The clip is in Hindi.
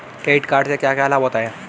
क्रेडिट कार्ड से क्या क्या लाभ होता है?